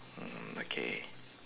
mm okay